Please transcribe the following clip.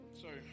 Sorry